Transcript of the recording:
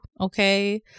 okay